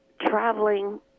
traveling